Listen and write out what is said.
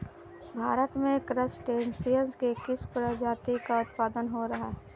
भारत में क्रस्टेशियंस के किस प्रजाति का उत्पादन हो रहा है?